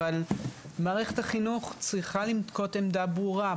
אבל מערכת החינוך צריכה לנקוט עמדה ברורה,